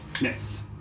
Yes